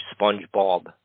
Spongebob